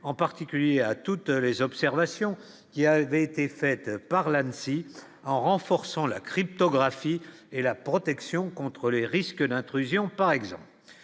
en particulier à toutes les observations, il y a une vérité faite par là même si, en renforçant la cryptographie et la protection contre les risques d'intrusion par exemple